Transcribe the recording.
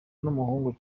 n’umuhungu